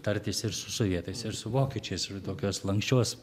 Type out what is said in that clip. tartis ir su sovietais ir su vokiečiais ir tokios lanksčios